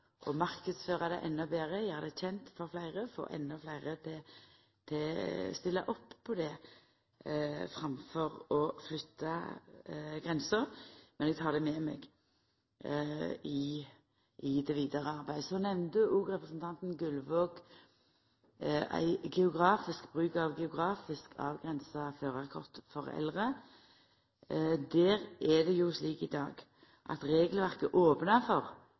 å marknadsføra dette endå betre, å gjera det kjent for fleire, få endå fleire til å stilla opp på dette, framfor å flytta grenser, men eg tek det med meg i det vidare arbeidet. Representanten Gullvåg nemnde òg bruk av geografisk avgrensa førarkort for eldre. Det er slik i dag at regelverket opnar for